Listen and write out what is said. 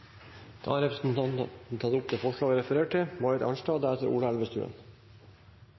da tatt opp det forslaget han refererte til.